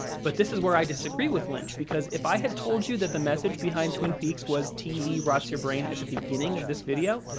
but, this is where i disagree with lynch, because if i had told you that the message behind twin peaks was, tv rots your brain, at the beginning of this video,